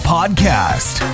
Podcast